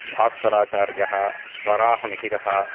भास्कराचार्यः वराहमिहिरः